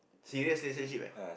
serious relationship eh